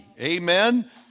Amen